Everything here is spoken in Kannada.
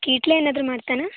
ಕೀಟಲೆ ಏನಾದರೂ ಮಾಡ್ತಾನಾ